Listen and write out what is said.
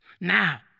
Now